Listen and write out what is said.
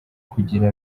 kugira